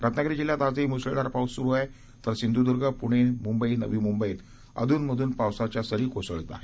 रत्नागिरी जिल्ह्यात आजही मुसळधार पाऊस सुरु आहे तर सिंधुदुर्ग पुणे मुंबई नवी मुंबईत अधूनमधून पावसाच्या सरी कोसळत आहे